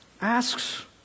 asks